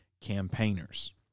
campaigners